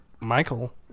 Michael